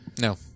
No